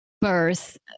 birth